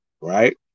Right